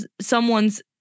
someone's